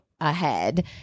ahead